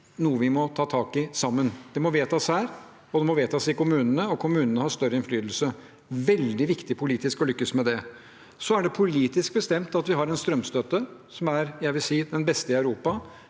noe vi må ta tak i sammen. Det må vedtas her, og det må vedtas i kommunene, og kommunene må ha større innflytelse. Det er veldig viktig politisk å lykkes med det. Så er det politisk bestemt at vi har en strømstøtte som er – vil jeg si – den beste i Europa,